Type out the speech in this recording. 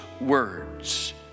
words